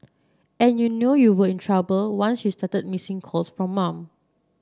and you know you were in trouble once you started missing calls from mum